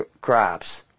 crops